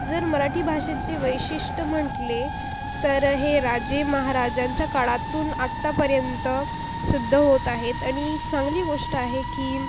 जर मराठी भाषेचे वैशिष्ट्य म्हटले तर हे राजेमहाराजांच्या काळातून आत्तापर्यंत सिद्ध होत आहेत आणि चांगली गोष्ट आहे की